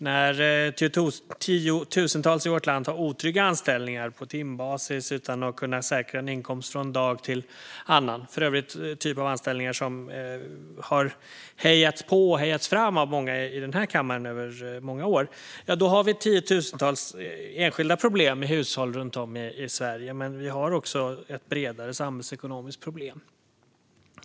När tiotusentals i vårt land har otrygga anställningar på timbasis och inte kan säkra en inkomst från en dag till en annan - för övrigt en typ av anställningar som under många år har hejats fram av många i denna kammare - har vi tiotusentals enskilda problem i hushåll runt om i Sverige, men vi har också ett bredare samhällsekonomiskt problem.